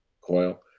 coil